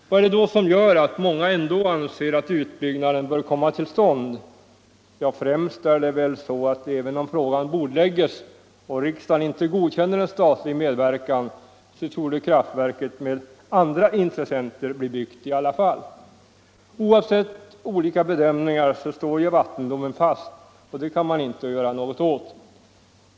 Vad är det då som gör att många ändå anser att utbyggnaden bör komma till stånd? Främst är det väl så att även om frågan bordläggs och riksdagen inte godkänner en statlig medverkan torde kraftverket bli byggt med andra intressenter i alla fall. Oavsett olika bedömningar står vattendomen fast, och det kan man inte göra något åt.